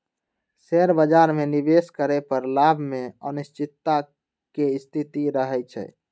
share बाजार में निवेश करे पर लाभ में अनिश्चितता के स्थिति रहइ छइ